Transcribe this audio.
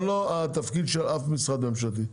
זה לא התפקיד של אף משרד ממשלתי.